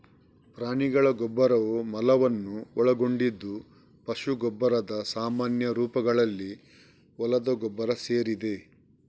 ಪ್ರಾಣಿಗಳ ಗೊಬ್ಬರವು ಮಲವನ್ನು ಒಳಗೊಂಡಿದ್ದು ಪಶು ಗೊಬ್ಬರದ ಸಾಮಾನ್ಯ ರೂಪಗಳಲ್ಲಿ ಹೊಲದ ಗೊಬ್ಬರ ಸೇರಿದೆ